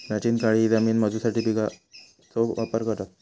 प्राचीन काळीही जमिनी मोजूसाठी बिघाचो वापर करत